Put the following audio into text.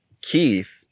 Keith